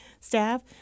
staff